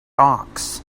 hawks